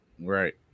right